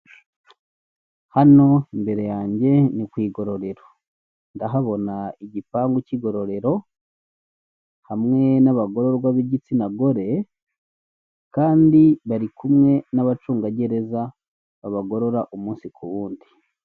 Hano imbere yange ni ku igororero ndahabona igipangu cy'igororero hamwe n'abagororwa b'igitsina gore kandi barikumwe nabacunga babagorora buri munsi.